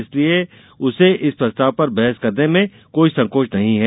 इसलिये उसे इस प्रस्ताव पर बहस करने में कोई संकोच नहीं है